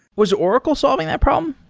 was oracle solving that problem?